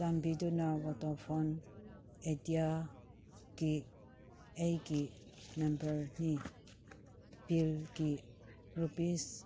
ꯆꯥꯟꯕꯤꯗꯨꯅ ꯑꯣꯇꯣꯐꯣꯟ ꯑꯥꯏꯗꯤꯌꯥꯒꯤ ꯑꯩꯒꯤ ꯅꯝꯕꯔꯅꯤ ꯕꯤꯜꯒꯤ ꯔꯨꯄꯤꯁ